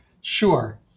Sure